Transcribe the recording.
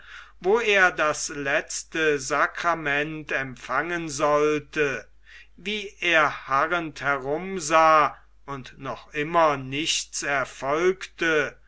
wo er das letzte sacrament empfangen sollte wie er harrend herumsah und noch immer nichts erfolgte